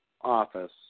office